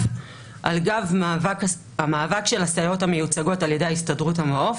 על גב המאבק של הסייעות המיוצגות על-ידי הסתדרות המעוף.